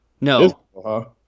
No